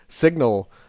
Signal